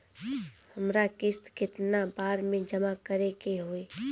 हमरा किस्त केतना बार में जमा करे के होई?